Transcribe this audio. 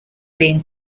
being